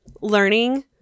learning